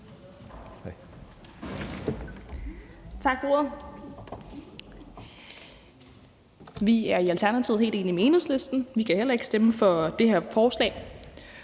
Tak for ordet. Vi er i Alternativet helt enige med Enhedslisten, vi kan heller ikke stemme for det her forslag.